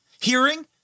hearing